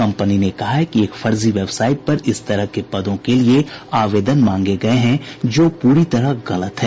company ने कहा है कि एक फर्जी वेबसाईट पर इस तरह के पदों के लिए आवेदन मांगे गये हैं जो पूरी तरह गलत है